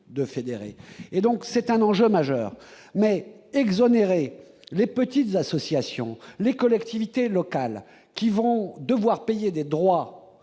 de fédérer et donc c'est un enjeu majeur mais exonérer les petites associations, les collectivités locales qui vont devoir payer des droits